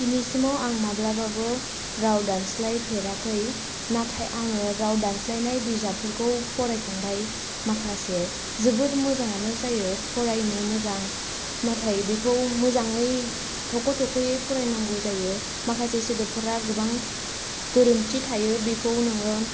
दिनैसिमाव आं माब्लाबाबो राव दानस्लायफेराखै नाथाय आङो राव दानस्लायनाय बिजाबफोरखौ फरायखांबाय माखासे जोबोर मोजाङानो जायो फरायनो मोजां नाथाय बेखौ मोजाङै थख' थख'यै फरायनांगौ जायो माखासे सोदोबफोरा गोबां गोरोन्थि थायो बेखौ नोङो